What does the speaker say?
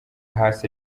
hasi